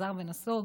וחזר ונסוג,